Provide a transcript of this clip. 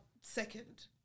second